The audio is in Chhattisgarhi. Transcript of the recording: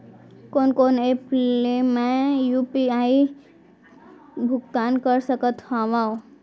कोन कोन एप ले मैं यू.पी.आई भुगतान कर सकत हओं?